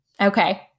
Okay